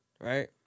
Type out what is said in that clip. right